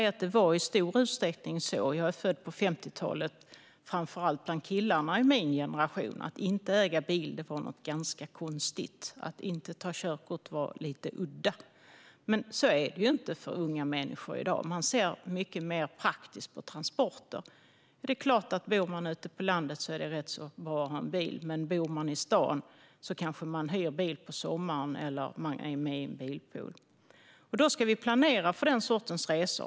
Men jag kan säga att det i stor utsträckning var så framför allt bland killarna i min generation. Jag är född på 50-talet. Att inte äga bil var något ganska konstigt. Att inte ta körkort var lite udda. Så är det inte för unga människor i dag. Man ser mycket mer praktiskt på transporter. Bor man ute på landet är det klart att det är rätt så bra att ha en bil, men bor man i stan kanske man hyr bil på sommaren eller är med i en bilpool. Vi ska planera för den sortens resor.